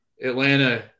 Atlanta